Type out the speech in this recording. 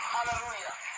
Hallelujah